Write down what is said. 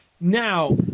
Now